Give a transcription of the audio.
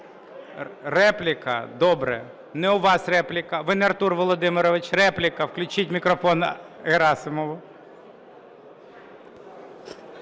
Репліка, добре. Не у вас репліка, ви не Артур Володимирович. Репліка. Включіть мікрофон Герасимову.